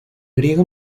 griego